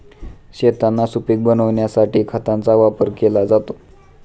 शेतांना सुपीक बनविण्यासाठी खतांचा वापर केला जातो